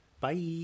bye